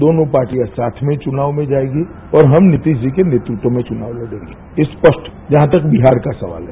दोनों पार्टियां साथ में चुनाव में जायेगी और हम नीतीश जी के नेतृत्व में चुनाव लड़ेंगे स्पष्ट है जहां तक बिहार का सवाल है